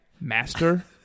master